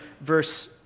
verse